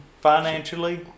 financially